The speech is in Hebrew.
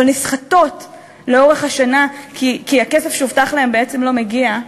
אבל נסחטות לאורך השנה כי הכסף שהובטח להן בעצם לא מגיע.